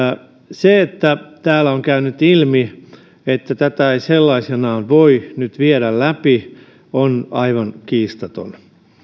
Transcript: se että täällä on käynyt ilmi että tätä ei sellaisenaan voi nyt viedä läpi on aivan kiistatonta